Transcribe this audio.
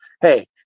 Hey